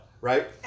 right